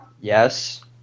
Yes